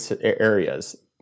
areas